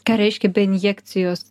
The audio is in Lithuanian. ką reiškia be injekcijos